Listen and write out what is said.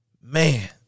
Man